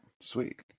sweet